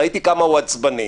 ראיתי כמה הוא עצבני,